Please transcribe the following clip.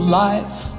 life